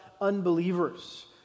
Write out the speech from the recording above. unbelievers